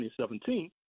2017